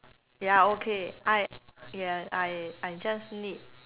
ya okay I ya I I just need